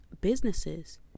businesses